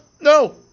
No